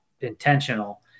intentional